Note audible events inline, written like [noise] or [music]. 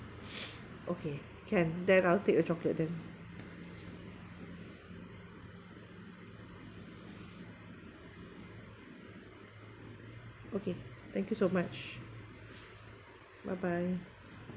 [breath] okay can then I'll take a chocolate then okay thank you so much bye bye